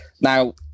now